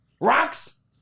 Rocks